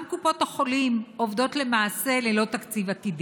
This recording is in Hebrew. גם קופות החולים עובדות למעשה ללא תקציב עתידי.